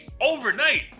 overnight